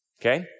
Okay